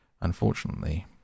Unfortunately